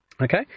Okay